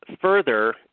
further